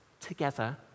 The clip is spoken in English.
together